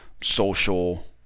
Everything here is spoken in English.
social